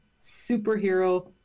superhero